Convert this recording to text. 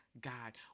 God